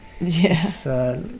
Yes